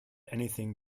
anything